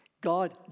God